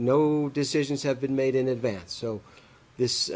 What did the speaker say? no decisions have been made in advance so this